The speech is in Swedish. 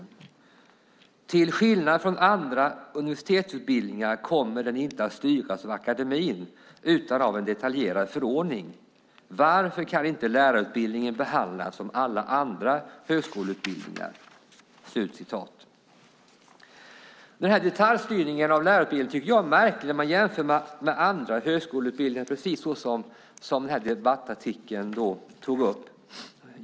De lyder: "Till skillnad från andra universitetsutbildningar kommer den inte att styras av akademin utan av en detaljerad förordning. Varför kan inte lärarutbildningen behandlas som alla andra högskoleutbildningar?" Jag tycker att den här detaljstyrningen av lärarutbildningen är märklig när man jämför med andra högskoleutbildningar, precis som den här debattartikeln tar upp.